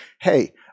Hey